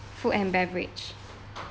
food and beverage